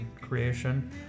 creation